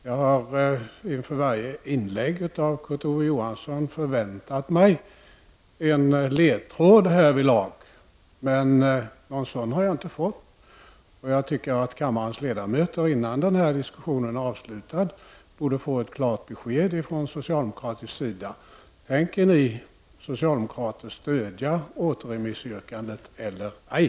Jag har inför varje inlägg av Kurt Ove Johansson förväntat mig en ledtråd härvidlag, men någon sådan har jag inte fått. Jag tycker att kammarens ledamöter innan den här diskussionen är avslutad borde få ett klart besked från socialdemokratisk sida. Tänker socialdemokraterna stödja återremissyrkandet eller ej?